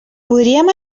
podríem